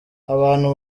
abantu